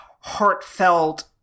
Heartfelt